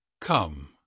Come